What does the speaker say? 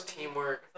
Teamwork